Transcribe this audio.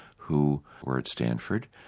who were at stanford.